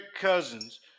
cousins